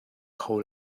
kho